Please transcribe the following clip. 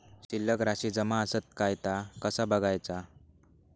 शिल्लक राशी जमा आसत काय ता कसा बगायचा?